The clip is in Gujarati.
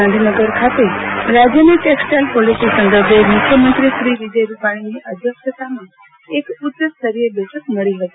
ગાંધીનગર ખાતે રાજ્યની ટેક્સટાઇલ પોલીસી સંદર્ભે મુખ્યમંત્રી શ્રી વિજય રૂપાણીની અધ્યક્ષતામાં એક ઉચ્ચસ્તરીય બેઠક મળી હતી